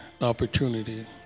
opportunity